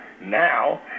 now